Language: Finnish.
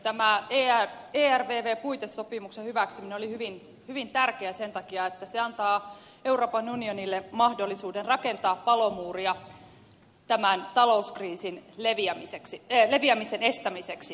tämä ervv puitesopimuksen hyväksyminen oli hyvin tärkeä sen takia että se antaa euroopan unionille mahdollisuuden rakentaa palomuuria tämän talouskriisin leviämisen estämiseksi